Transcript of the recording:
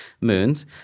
moons